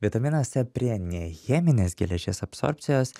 vitaminas c prie ne cheminės geležies absorbcijos